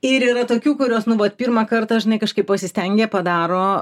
ir yra tokių kurios nu vat pirmą kartą žinai kažkaip pasistengia padaro